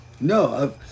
No